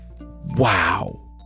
Wow